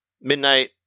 midnight